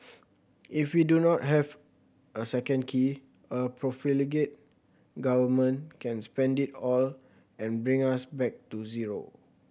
if we do not have a second key a profligate Government can spend it all and bring us back to zero